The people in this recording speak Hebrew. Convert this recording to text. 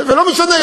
ולא משנה,